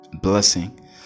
blessing